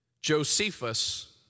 Josephus